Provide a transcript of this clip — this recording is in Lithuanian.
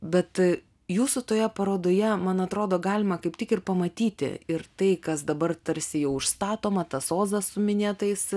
bet jūsų toje parodoje man atrodo galima kaip tik ir pamatyti ir tai kas dabar tarsi jau užstatoma tas ozas su minėtais